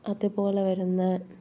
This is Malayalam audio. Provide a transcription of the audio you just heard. അതുപോലെ വരുന്ന